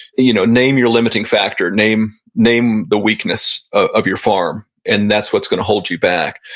you know name your limiting factor, name name the weakness of your farm and that's what's going to hold you back.